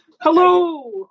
Hello